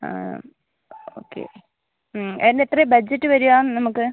ആ ഓക്കെ അതിനെത്രയാണ് ബഡ്ജറ്റ് വരിക നമുക്ക്